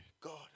God